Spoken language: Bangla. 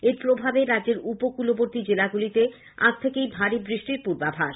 এর প্রভাবে রাজ্যের উপকূলবর্তী জেলাগুলিতে ভারী বৃষ্টির পূর্বাভাস